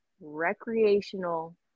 recreational